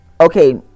Okay